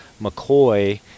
McCoy –